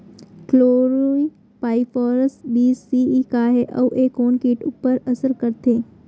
Chlorpyrifos बीस CE का हे अऊ ए कोन किट ऊपर असर करथे?